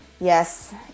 Yes